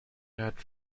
had